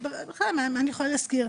בכלל אני יכולה להזכיר,